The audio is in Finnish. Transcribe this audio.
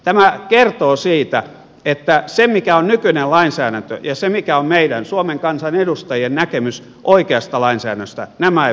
tämä kertoo siitä että se mikä on nykyinen lainsäädäntö ja se mikä on meidän suomen kansan edustajien näkemys oikeasta lainsäädännöstä eivät kohtaa